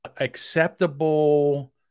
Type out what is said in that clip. acceptable